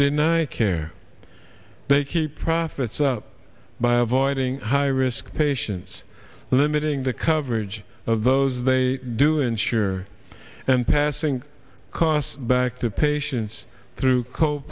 deny care they keep profits up by avoiding high risk patients limiting the coverage of those they do insure and passing costs back to patients through co